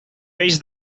peix